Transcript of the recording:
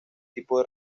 tipo